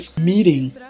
meeting